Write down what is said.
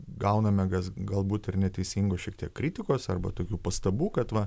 gauname gas gal būt ir neteisingų šiek tiek kritikos arba tokių pastabų kad va